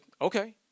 okay